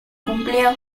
cumplió